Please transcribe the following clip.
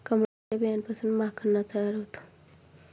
कमळाच्या बियांपासून माखणा तयार होतो